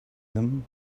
them